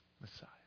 Messiah